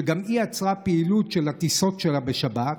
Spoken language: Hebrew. שגם היא עצרה את פעילות הטיסות שלה בשבת,